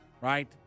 right